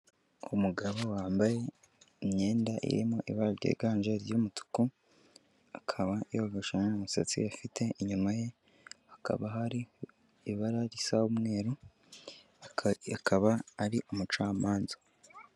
Umugabo wambaye, imyenda irimo ibara ryiganje ry'umutuku. Akaba yogoshe nta umusatsi afite inyuma ye, hakaba hari, ibara risa umweru. Akaba ari umucamanza.